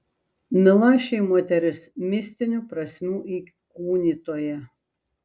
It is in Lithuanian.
milašiui moteris mistinių prasmių įkūnytoja